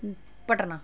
Patna